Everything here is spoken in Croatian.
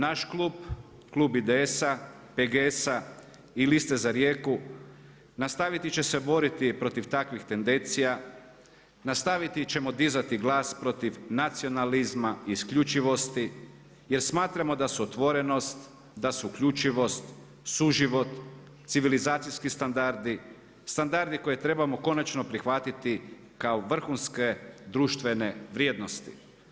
Naš klub, klub IDS-a, PGS-a i Liste za Rijeku nastaviti će se boriti protiv takvih tendencija, nastaviti ćemo dizati glas protiv nacionalizma i isključivosti jer smatramo da su otvorenost, da su uključivost, suživot, civilizacijski standardi, standardi koje trebamo konačno prihvatiti kao vrhunske društvene vrijednosti.